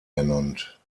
ernannt